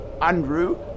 Andrew